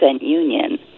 union